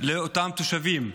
לאותם תושבים.